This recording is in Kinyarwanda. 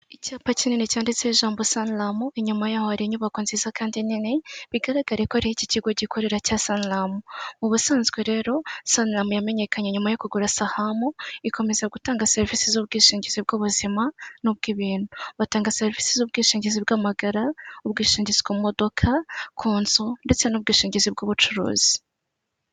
Icyapa kinini cyanditseho ijambo saniramu, inyuma yaho hari inyubako nziza kandi nini, bigaragara ko ariho iki kigo gikorera cya saniramu. Mu busanzwe rero, saniramu yamenyekanye nyuma yo kugura sahamu, ikomeza gutanga serivisi z'ubwishingizi bw'ubuzima n'ubw'ibintu. Batanga serivisi z'ubwishingizi bw'amagara, ubwishingizi ku modoka, ku nzu ndetse n'ubwishingizi bw'ubucuruzi.